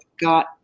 got